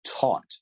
taught